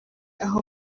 aho